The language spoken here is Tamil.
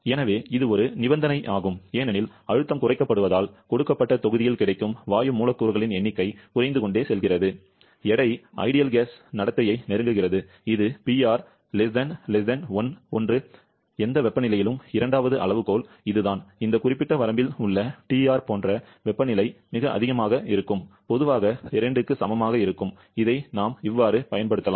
எனவே இது ஒரு நிபந்தனையாகும் ஏனெனில் அழுத்தம் குறைக்கப்படுவதால் கொடுக்கப்பட்ட தொகுதியில் கிடைக்கும் வாயு மூலக்கூறுகளின் எண்ணிக்கை குறைந்து கொண்டே செல்கிறது எடை ஐடியல் வாயு நடத்தையை நெருங்குகிறது இது PR 1 எந்த வெப்பநிலையிலும் இரண்டாவது அளவுகோல் இதுதான் இந்த குறிப்பிட்ட வரம்பில் உள்ள TR போன்ற வெப்பநிலை மிக அதிகமாக இருக்கும் பொதுவாக 2 க்கு சமமாக இருக்கும் இதை நாம் பயன்படுத்தலாம்